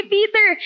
Peter